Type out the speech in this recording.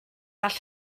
all